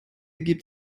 gibt